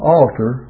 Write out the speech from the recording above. altar